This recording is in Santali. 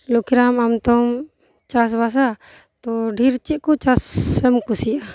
ᱞᱩᱠᱠᱷᱤᱨᱟᱢ ᱟᱢ ᱛᱚᱢ ᱪᱟᱥ ᱵᱟᱥᱟ ᱛᱚ ᱫᱷᱮᱹᱨ ᱪᱮᱫ ᱠᱚ ᱪᱟᱥ ᱮᱢ ᱠᱩᱥᱤᱭᱟᱜᱼᱟ